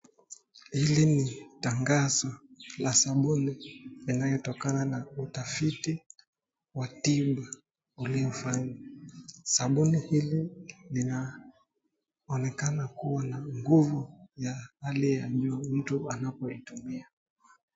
Hili ni tangazo la sabuni inayotokana na utafiti wa tiba uliofanywa. Sabuni hili linaonekana kuwa na nguvu ya hali ya juu mtu anapoitumia.